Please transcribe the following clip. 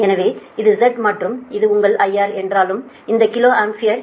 எனவே இது Z மற்றும் இது உங்கள் IR என்றாலும் இந்த கிலோ ஆம்பியர்